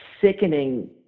sickening